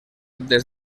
des